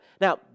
Now